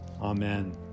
Amen